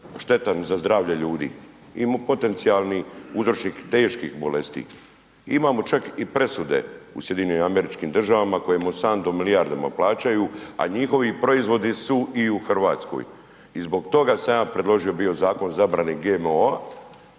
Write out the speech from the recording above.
štetan za zdravlje ljudi. Potencijalni uzročnik teških bolesti. Imamo čak i presude u SAD-u u kojima Monsanto milijardama plaćaju, a njihovi proizvodi su i u Hrvatskoj i zbog toga sam ja predložio bio zakon zabrane GMO-a,